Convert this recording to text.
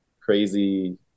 crazy